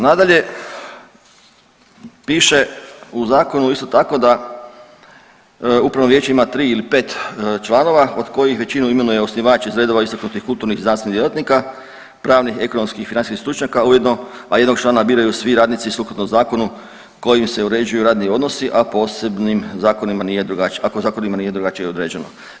Nadalje, piše u Zakonu, isto tako da upravno vijeće ima 3 ili 5 članova od kojih većinu imenuje osnivač iz redova istaknutih kulturnih i ... djelatnika, pravnih i ekonomskih i financijskih stručnjaka ujedno, a jednog člana biraju svi radnici sukladno zakonu kojim se uređuju radni odnosi, a posebnim zakonima nije .../nerazumljivo/... ako zakonima nije drugačije određeno.